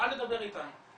'אל תדבר איתנו,